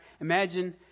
imagine